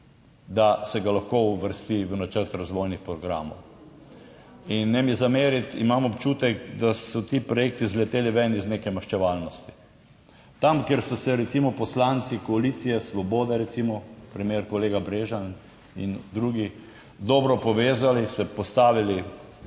da se ga lahko uvrsti v Načrt razvojnih programov. In ne mi zameriti, imam občutek, da so ti projekti zleteli ven iz neke maščevalnosti. Tam, kjer so se recimo poslanci koalicije Svoboda, recimo primer kolega Brežan in drugi, dobro povezali, se postavili za